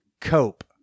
Cope